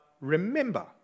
remember